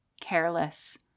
careless